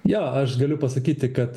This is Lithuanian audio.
jo aš galiu pasakyti kad